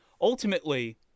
Ultimately